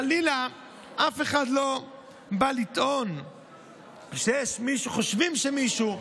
חלילה אף אחד לא בא לטעון שחושבים שמישהו,